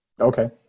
Okay